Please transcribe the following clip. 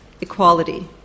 equality